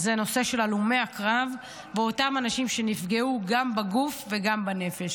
זה נושא הלומי הקרב ואותם אנשים שנפגעו גם בגוף וגם בנפש.